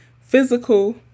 physical